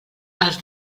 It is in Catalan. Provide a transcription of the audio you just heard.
els